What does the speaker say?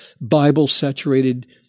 Bible-saturated